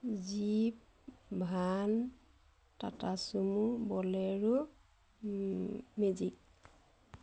jeep van Tata sumo bolero magic